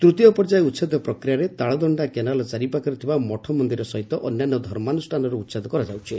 ତୂତୀୟ ପର୍ଯ୍ୟାୟ ଉଛେଦ ପ୍ରକ୍ରିୟାରେ ତାଳଦଣ୍ତା କେନାଲ୍ ଚାରିପାଖରେ ଥିବା ମଠ ମନ୍ଦିର ସହିତ ଅନ୍ୟାନ୍ୟ ଧର୍ମାନୁଷ୍ଠାନର ଉଛେଦ କରାଯାଉଛି